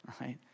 right